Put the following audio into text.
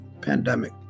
pandemic